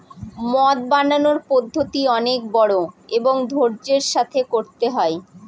মদ বানানোর পদ্ধতি অনেক বড়ো এবং ধৈর্য্যের সাথে করতে হয়